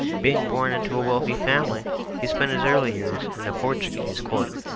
being born into a wealthy family he spent his early years in a portuguese court.